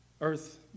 Earth